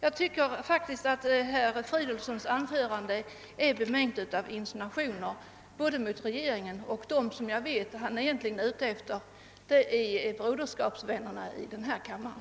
Jag tycker faktiskt att herr Fridolfssons anförande är bemängt med insinuationer både mot regeringen och mot dem som jag vet att han egentligen är ute efter, nämligen Broderskapsrörelsen i denna kammare.